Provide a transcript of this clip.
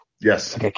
yes